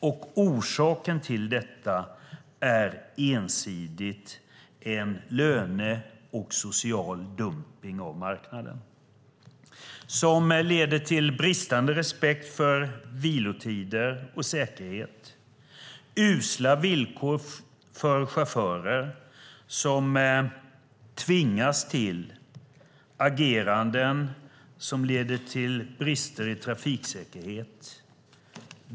Orsaken till detta är ensidigt lönedumpning och social dumpning av marknaden som leder till bristande respekt för vilotider och säkerhet samt usla villkor för chaufförer, som tvingas till ageranden som leder till brister i trafiksäkerhet.